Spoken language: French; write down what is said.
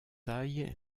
taille